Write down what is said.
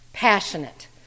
passionate